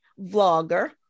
vlogger